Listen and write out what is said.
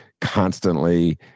constantly